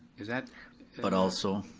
is that but also.